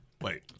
Wait